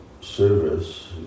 service